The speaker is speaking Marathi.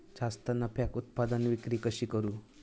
जास्त नफ्याक उत्पादन विक्री कशी करू?